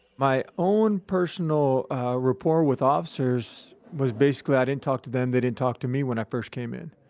my own personal rapport with officers was basically, i didn't talk to them, they didn't talk to me when i first came in.